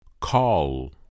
Call